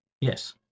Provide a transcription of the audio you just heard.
Yes